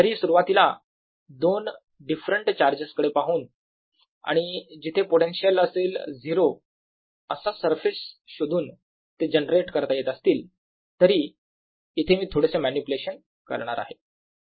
जरी सुरुवातीला दोन डिफरंट चार्जेस कडे पाहून आणि जिथे पोटेन्शिअल असेल 0 असा सरफेस शोधून ते जनरेट करता येत असतील तरी इथे मी थोडेसे मॅनिप्युलेशन करणार आहे